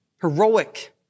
heroic